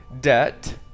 debt